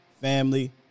Family